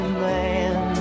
man